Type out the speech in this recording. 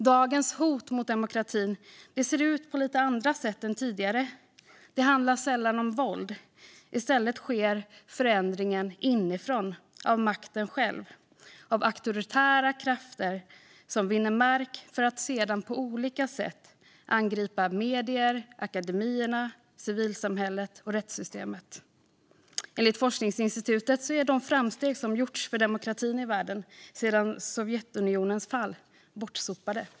Dagens hot mot demokratin ser ut på lite andra sätt än tidigare. Det handlar sällan om våld. I stället sker förändringen inifrån, av makten själv, av auktoritära krafter som vinner mark för att sedan på olika sätt angripa medierna, akademierna, civilsamhället och rättssystemet. Enligt forskningsinstitutet är de framsteg som gjorts för demokratin i världen sedan Sovjetunionens fall bortsopade.